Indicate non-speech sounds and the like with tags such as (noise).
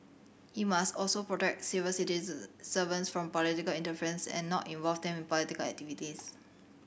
he must also protect civil (unintelligible) servants from political interference and not involve them in political activities